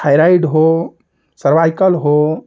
thyroid हो cervical हो